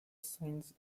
sainz